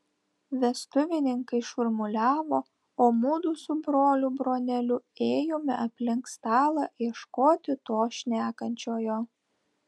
vestuvininkai šurmuliavo o mudu su broliu broneliu ėjome aplink stalą ieškoti to šnekančiojo